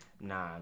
nah